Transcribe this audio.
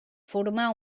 formar